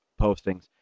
postings